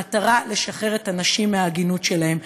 במטרה לשחרר את הנשים מהעגינות שלהן,